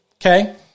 okay